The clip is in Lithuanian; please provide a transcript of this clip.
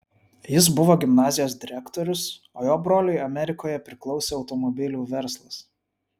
jis buvo gimnazijos direktorius o jo broliui amerikoje priklausė automobilių verslas